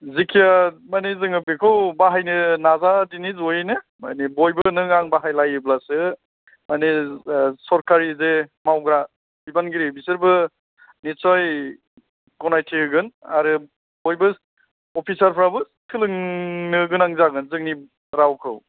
जिखिजाया माने जोङो बेखौ बाहायनो नाजादिनि जयैनो माने बयबो नों आं बाहायलायोब्लासो माने सरकारि जे मावग्रा बिबानगिरि बिसोरबो निस्सय गनायथि होगोन आरो बयबो अफिसारफ्राबो सोलोंनो गोनां जागोन जोंनि रावखौ